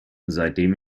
seitdem